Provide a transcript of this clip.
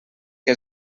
que